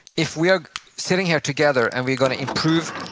if we are sitting here together and we're gonna improve,